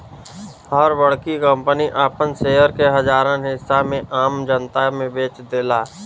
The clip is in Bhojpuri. हर बड़की कंपनी आपन शेयर के हजारन हिस्सा में आम जनता मे बेच देला